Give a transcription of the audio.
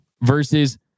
versus